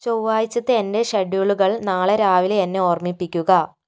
ചൊവ്വാഴ്ചത്തെ എന്റെ ഷഡ്യൂളുകൾ നാളെ രാവിലെ എന്നെ ഓർമ്മിപ്പിക്കുക